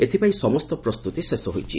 ଏଥିପାଇଁ ସମସ୍ତ ପ୍ରସ୍ତୁତି ଶେଷ ହୋଇଛି